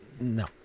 No